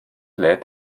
lädt